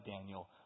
Daniel